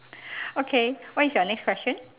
okay what is your next question